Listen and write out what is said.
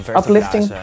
uplifting